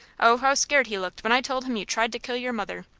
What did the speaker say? oh, how scared he looked when i told him you tried to kill your mother.